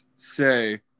say